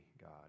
God